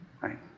Right